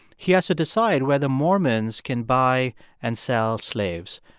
he has to decide whether mormons can buy and sell slaves.